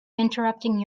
interrupting